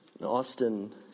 Austin